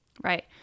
Right